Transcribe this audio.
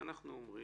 מה אנחנו אומרים?